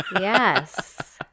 Yes